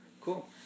Cool